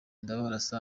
ndabarasa